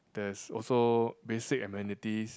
there's also basic amenities